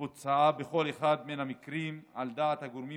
בוצעה בכל אחד מן המקרים על דעת הגורמים